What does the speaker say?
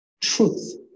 truth